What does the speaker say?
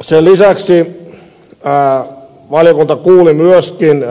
sen lisäksi valiokunta kuuli myöskin